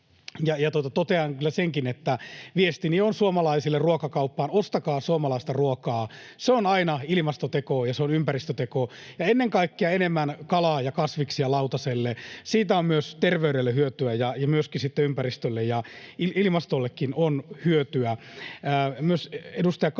Totean kyllä senkin, että viestini on suomalaisille ruokakauppaan: ostakaa suomalaista ruokaa — se on aina ilmastoteko, ja se on ympäristöteko. Ja ennen kaikkea enemmän kalaa ja kasviksia lautaselle. Siitä on myös terveydelle hyötyä, ja myöskin sitten ympäristölle ja ilmastollekin siitä on hyötyä.